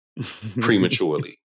prematurely